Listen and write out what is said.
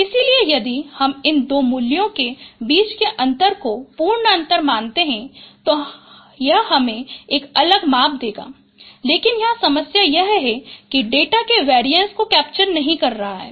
इसलिए यदि हम इन दो मूल्यों के बीच के अंतर को पूर्ण अंतर मानते हैं तो यह हमें एक अलग माप देगा लेकिन यहां समस्या यह है कि यह डेटा के वरिएंस को कैप्चर नहीं कर रहा है